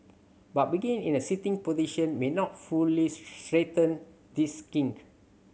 but begin in a sitting position may not fully straighten this kink